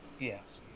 Yes